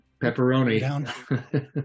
Pepperoni